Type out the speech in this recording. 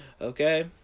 Okay